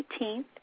18th